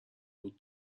بود